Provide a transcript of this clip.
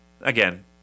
again